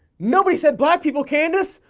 nobody said black people, candace!